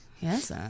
Yes